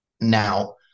Now